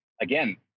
again